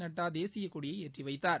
நட்டா தேசியக்கொடியை ஏற்றி வைத்தார்